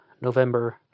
November